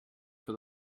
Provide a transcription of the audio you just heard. for